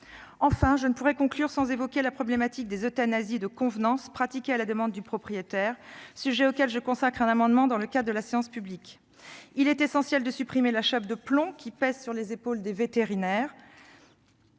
Enfin, je ne pourrais conclure sans évoquer la problématique des euthanasies de convenance pratiquées à la demande du propriétaire, un sujet auquel je consacrerai un amendement. Il est essentiel de supprimer la chape de plomb qui pèse sur les épaules des vétérinaires,